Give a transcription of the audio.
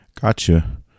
Gotcha